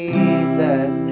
Jesus